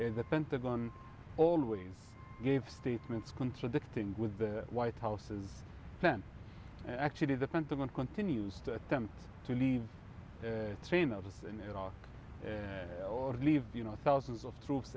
and the pentagon always gave statements contradicting with the white house's plan actually the pentagon continues to attempt to leave trainers in iraq or leave you know thousands of troops